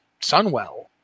sunwell